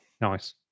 nice